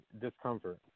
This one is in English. discomfort